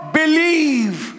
believe